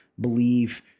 believe